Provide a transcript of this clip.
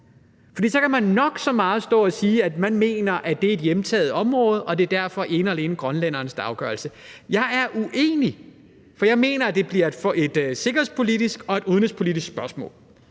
For så kan man nok så meget stå og sige, at man mener, at det er et hjemtaget område, og at det derfor ene og alene er grønlændernes afgørelse. Jeg er uenig, for jeg mener, at det bliver et sikkerhedspolitisk og udenrigspolitisk spørgsmål.